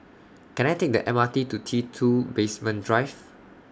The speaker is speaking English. Can I Take The M R T to T two Basement Drive